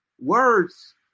words